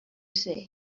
say